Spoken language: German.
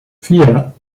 vier